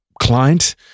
Client